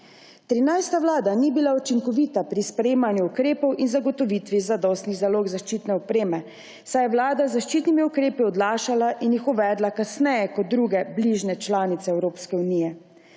13. vlada ni bila učinkovita pri sprejemanju ukrepov in zagotovitvi zadostnih zalog zaščitne opreme, saj je vlada z zaščitnimi ukrepi odlašala in jih uvedla kasneje kot druge bližnje članice Evropske unije.